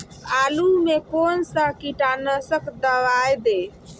आलू में कौन सा कीटनाशक दवाएं दे?